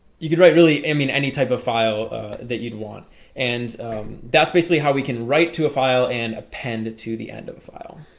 you could write really i mean any type of file that you'd want and that's basically how we can write to a file and append it to the end of a file